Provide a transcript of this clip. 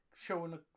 showing